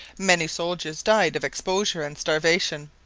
many soldiers died of exposure and starvation.